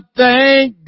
thank